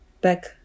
back